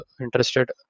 interested